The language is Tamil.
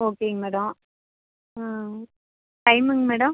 ஓகேங்க மேடம் டைமுங்க மேடம்